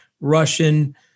Russian